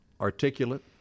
articulate